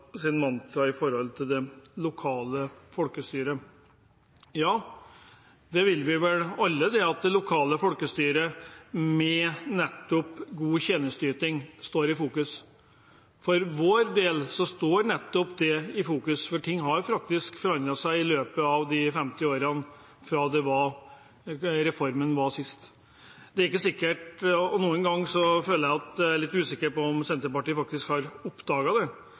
mantra når det gjelder det lokale folkestyret. Ja, vi vil vel alle at det lokale folkestyret og god tjenesteyting står i fokus. For vår del står nettopp det i fokus, for ting har faktisk forandret seg i løpet av de 50 årene fra siste kommunereform. Noen ganger er jeg litt usikker på om Senterpartiet har oppdaget det,